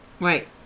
right